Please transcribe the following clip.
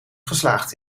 geslaagd